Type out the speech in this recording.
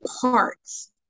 parts